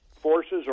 forces